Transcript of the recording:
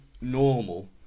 normal